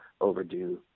overdue